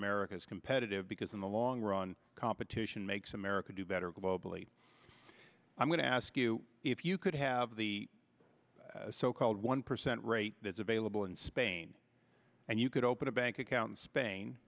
america is competitive because in the long run competition makes america do better globally i'm going to ask you if you could have the so called one percent rate that's available in spain and you could open a bank account spain